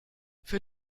für